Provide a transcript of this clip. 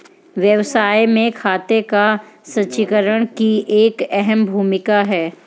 व्यवसाय में खाते का संचीकरण की एक अहम भूमिका है